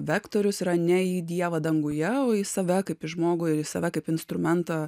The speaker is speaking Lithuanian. vektorius yra ne į dievą danguje o į save kaip į žmogų ir į save kaip instrumentą